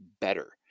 better